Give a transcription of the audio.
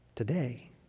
Today